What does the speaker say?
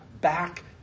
back